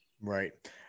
Right